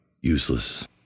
useless